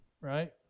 Right